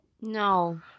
No